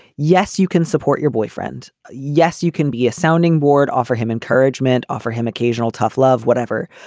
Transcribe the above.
yes, you can support your boyfriend. yes, you can be a sounding board. offer him encouragement. offer him occasional tough love, whatever.